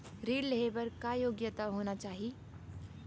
ऋण लेहे बर का योग्यता होना चाही?